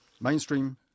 mainstream